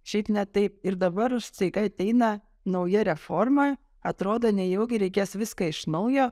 šiaip ne taip ir dabar staiga ateina nauja reforma atrodo nejaugi reikės viską iš naujo